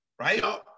right